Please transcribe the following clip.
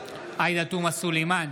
עאידה תומא סלימאן,